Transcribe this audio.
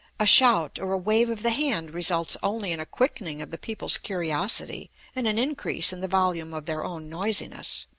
a shout, or a wave of the hand results only in a quickening of the people's curiosity and an increase in the volume of their own noisiness.